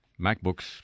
MacBooks